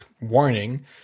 warning